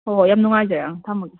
ꯍꯣꯏ ꯍꯣꯏ ꯌꯥꯝ ꯅꯨꯡꯉꯥꯏꯖꯔꯦ ꯑꯪ ꯊꯝꯃꯒꯦ